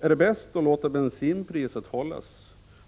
Är det bäst att låta bensinpriset hållas